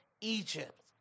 Egypt